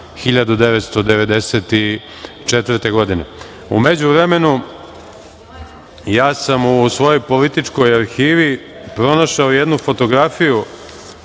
1994. godine.U međuvremenu, ja sam u svojoj političkoj arhivi pronašao jednu fotografiju